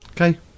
Okay